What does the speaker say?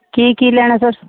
ਕੀ ਕੀ ਲੈਣਾ ਸਰ